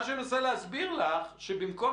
אבל מה שאני מנסה להסביר לך שבמקום